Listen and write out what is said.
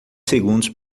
segundos